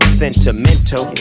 sentimental